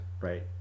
Right